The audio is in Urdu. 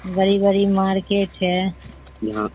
بڑی بڑی مارکیٹ ہے